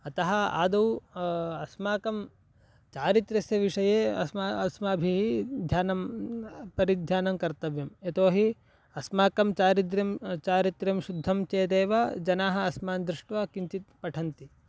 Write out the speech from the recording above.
अतः आदौ अस्माकं चारित्र्यस्य विषये अस्मा अस्माभिः ध्यानं परिध्यानं कर्तव्यं यतोहि अस्माकं चारित्र्यं चारित्र्यं शुद्धं चेदेव जनाः अस्मान् दृष्ट्वा किञ्चित् पठन्ति